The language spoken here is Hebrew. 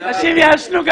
אנשים יעשנו.